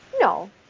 No